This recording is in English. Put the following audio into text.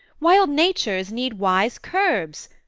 wild natures need wise curbs.